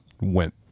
went